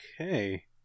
okay